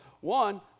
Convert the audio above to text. One